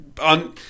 on